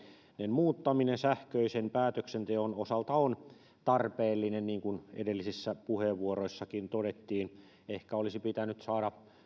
muuttaminen sähköisen päätöksenteon osalta on tarpeellinen niin kuin edellisissä puheenvuoroissakin todettiin ehkä se olisi pitänyt saada